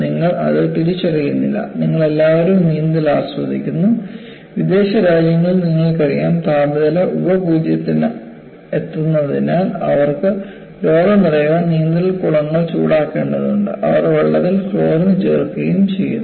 നിങ്ങൾ ഇത് തിരിച്ചറിയുന്നില്ല നിങ്ങൾ എല്ലാവരും നീന്തൽ ആസ്വദിക്കുന്നു വിദേശ രാജ്യങ്ങളിൽ നിങ്ങൾക്കറിയാം താപനില ഉപ പൂജ്യത്തിലെത്തുന്നതിനാൽ അവർക്ക് രോഗം തടയാൻ നീന്തൽക്കുളങ്ങൾ ചൂടാക്കേണ്ടതുണ്ട് അവർ വെള്ളത്തിൽ ക്ലോറിൻ ചേർക്കുകയും ചെയ്യുന്നു